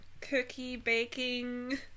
cookie-baking